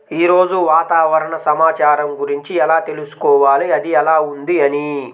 ఈరోజు వాతావరణ సమాచారం గురించి ఎలా తెలుసుకోవాలి అది ఎలా ఉంది అని?